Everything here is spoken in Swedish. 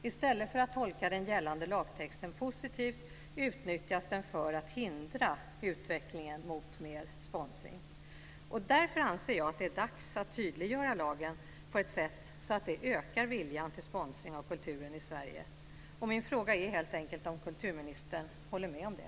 I stället för att tolka den gällande lagtexten positivt utnyttjas den för att hindra utvecklingen mot mer sponsring. Därför anser jag att det är dags att tydliggöra lagen på ett sätt som ökar viljan till sponsring av kulturen i Sverige, och min fråga är helt enkelt om kulturministern håller med om det.